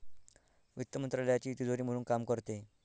वित्त मंत्रालयाची तिजोरी म्हणून काम करते